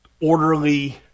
orderly